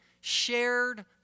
shared